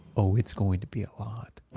oh, it's going to be a lot